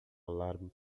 alarme